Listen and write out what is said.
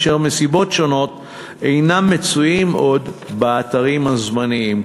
אשר מסיבות שונות אינם מצויים עוד באתרים הזמניים,